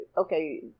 okay